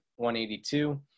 182